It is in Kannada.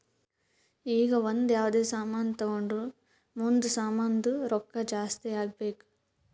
ಈಗ ಒಂದ್ ಯಾವ್ದೇ ಸಾಮಾನ್ ತೊಂಡುರ್ ಮುಂದ್ನು ಸಾಮಾನ್ದು ರೊಕ್ಕಾ ಜಾಸ್ತಿ ಆಗ್ಬೇಕ್